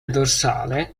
dorsale